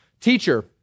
teacher